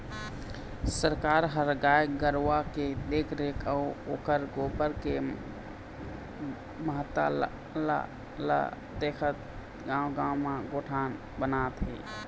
सरकार ह गाय गरुवा के देखरेख अउ ओखर गोबर के महत्ता ल देखत गाँव गाँव म गोठान बनात हे